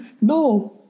No